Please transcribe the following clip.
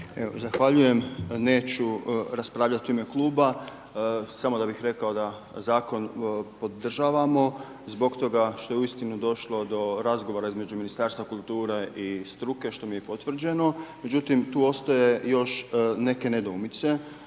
Zahvaljujem neću raspravljati u ime kluba, samo da bih rekao da zakon podržavamo zbog toga što je uistinu došlo do razgovora između Ministarstva kulture i struke, što mi je potvrđeno. Međutim, tu ostaje još neke nedoumice.